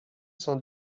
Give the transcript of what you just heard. cent